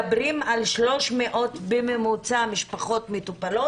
מדברים על 300 משפחות מטופלות בממוצע.